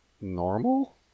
normal